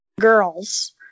girls